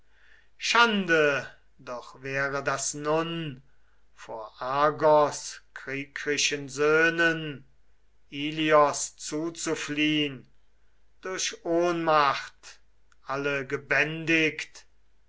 schande doch wäre das nun vor argos kriegrischen söhnen ilios zuzufliehn durch ohnmacht alle gebändigt